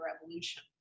Revolution